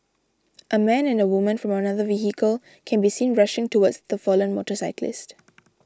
a man and a woman from another vehicle can be seen rushing towards the fallen motorcyclist